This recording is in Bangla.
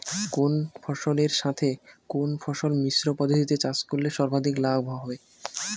কোন ফসলের সাথে কোন ফসল মিশ্র পদ্ধতিতে চাষ করলে সর্বাধিক লাভ হবে?